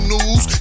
News